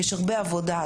יש הרבה עבודה,